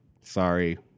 Sorry